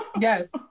Yes